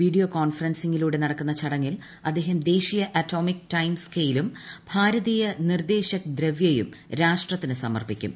video കോൺഫറൻസിംഗിലൂടെ നടക്കുന്ന ചടങ്ങിൽ അദ്ദേഹം ദേശീയ അറ്റോമിക് ടൈം സ്കെയിലും ഭാരതീയ നിർദ്ദേശക് ദ്രവൃയും രാഷ്ട്രത്തിന് സമർപ്പിക്കും